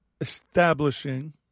establishing